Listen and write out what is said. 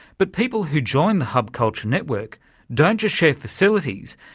but people who join the hub culture network don't just share facilities,